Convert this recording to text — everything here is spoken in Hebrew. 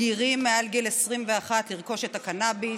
בגירים מעל גיל 21 לרכוש את הקנביס,